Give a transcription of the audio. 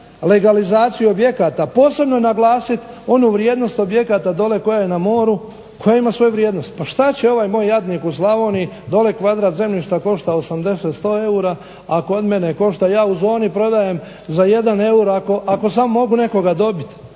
legalizaciju objekata, posebno naglasiti onu vrijednost objekata dole koja je na moru koja ima svoju vrijednost. Pa šta će ovaj moj jadnik u Slavoniji dolje kvadrat zemljišta košta 80, 100 eura, a kod mene košta, ja u zoni prodajem za 1 euro ako smo mogu nekoga dobiti.